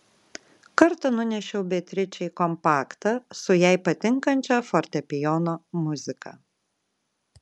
kartą nunešiau beatričei kompaktą su jai patinkančia fortepijono muzika